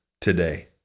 today